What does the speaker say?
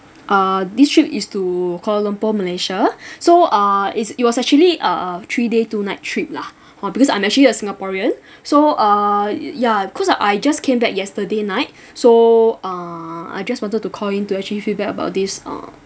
uh this trip is to kuala lumpur malaysia so uh it's it was actually a three day two night trip lah uh because I'm actually a singaporean so uh ya because I just came back yesterday night so err I just wanted to call in to actually feedback about this uh